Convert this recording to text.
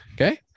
Okay